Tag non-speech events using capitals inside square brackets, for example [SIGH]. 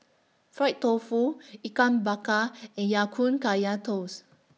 Fried Tofu [NOISE] Ikan Bakar [NOISE] and Ya Kun Kaya Toast